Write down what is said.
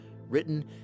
written